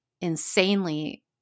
insanely